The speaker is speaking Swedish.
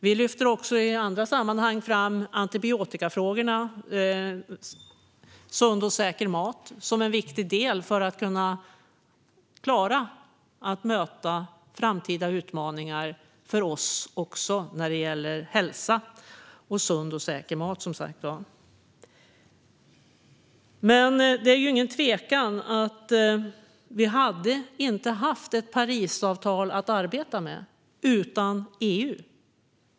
Vi lyfter i andra sammanhang också upp antibiotikafrågorna och sund och säker mat som viktiga delar för att kunna möta framtida utmaningar vad gäller hälsa. Det råder ingen tvekan om att vi inte hade haft ett Parisavtal att arbeta med utan EU.